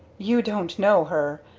you don't know her.